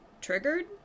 triggered